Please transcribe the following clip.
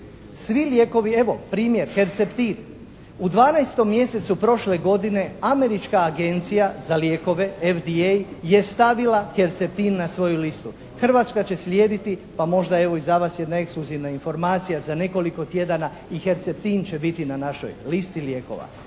Svi lijekovi, evo primjer Herceptin. U dvanaestom mjesecu prošle godine američka agencija za lijekove FDA je stavila Herceptin na svoju listu. Hrvatska će slijediti, pa možda evo i za vas jedna ekskluzivna informacija, za nekoliko tjedana i Herceptin će biti na našoj listi lijekova.